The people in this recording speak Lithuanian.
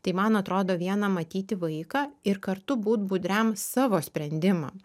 tai man atrodo viena matyti vaiką ir kartu būt budriam savo sprendimam